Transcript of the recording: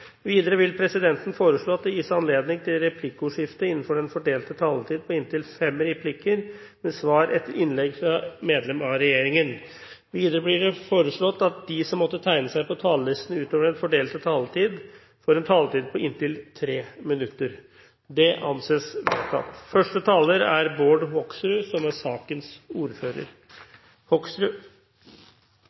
Videre vil presidenten foreslå at det gis anledning til replikkordskifte på inntil fem replikker med svar etter innlegg fra medlem av regjeringen innenfor den fordelte taletid. Videre blir det foreslått at de som måtte tegne seg på talerlisten utover den fordelte taletid, får en taletid på inntil 3 minutter. – Det anses vedtatt.